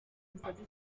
musatsi